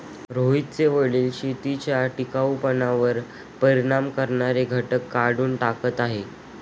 रोहितचे वडील शेतीच्या टिकाऊपणावर परिणाम करणारे घटक काढून टाकत आहेत